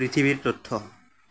পৃথিৱীৰ তথ্য